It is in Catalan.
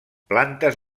plantes